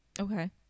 okay